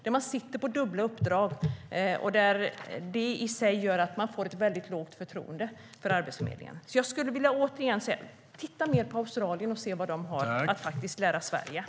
De sitter på dubbla uppdrag, och det leder till ett lågt förtroende för Arbetsförmedlingen.